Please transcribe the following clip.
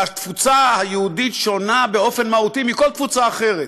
והתפוצה היהודית שונה באופן מהותי מכל תפוצה אחרת.